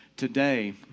Today